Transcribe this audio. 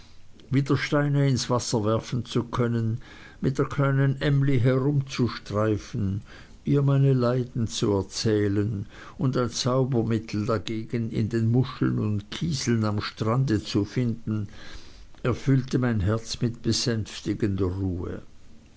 steine ins wasser werfen zu können mit der kleinen emly herumzustreifen ihr meine leiden zu erzählen und ein zaubermittel dagegen in den muscheln und kieseln am strande zu finden erfüllte mein herz mit besänftigender ruhe